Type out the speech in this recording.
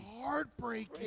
heartbreaking